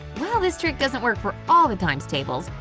while this trick doesn't work for all the times tables,